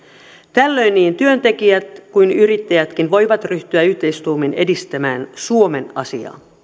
tällöin niin työntekijät kuin yrittäjätkin voivat ryhtyä yhteistuumin edistämään suomen asiaa